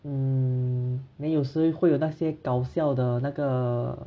mm then 有时会有那些搞笑的那个